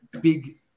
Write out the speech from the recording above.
big